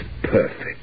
perfect